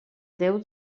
déu